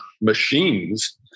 machines